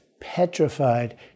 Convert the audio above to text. petrified